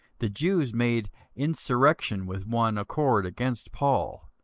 the jews made insurrection with one accord against paul,